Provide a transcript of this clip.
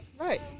Right